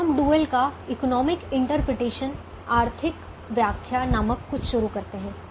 अब हम डुअल का इकोनॉमिक इंटरप्रिटेशन आर्थिक व्याख्या नामक कुछ शुरू करते हैं